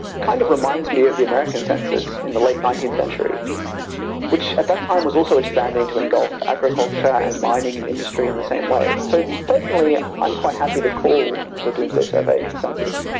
kind of reminds me of the american census in the late nineteenth century which at that time was also expanding to engulf agriculture and mining and industry in the same way. so personally, i'm quite happy to call, the doomsday survey a census.